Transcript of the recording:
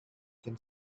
can